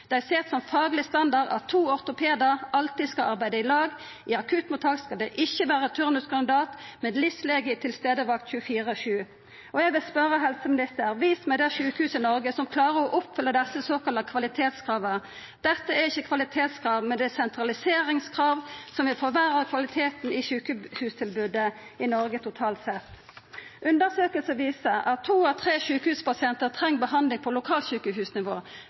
Dei set som fagleg standard at to ortopedar alltid skal arbeida i lag. I akuttmottak skal det ikkje vera turnuskandidat, men ein lege i spesialsering i tilstadesvakt 24/7. Eg vil seia til helseministeren: Vis meg det sjukehuset i Noreg som klarar å oppfylla desse såkalla kvalitetskrava. Dette er ikkje kvalitetskrav, men sentraliseringskrav, som vil forverra kvaliteten i sjukehustilbodet i Noreg totalt sett. Undersøkingar viser at to av tre sjukehuspasientar treng behandling på lokalsjukehusnivå.